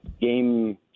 Game